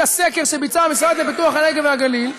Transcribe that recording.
הסקר שביצע המשרד לפיתוח הנגב והגליל,